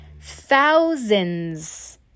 thousands